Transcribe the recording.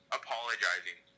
apologizing